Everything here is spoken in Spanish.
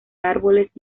árboles